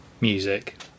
Music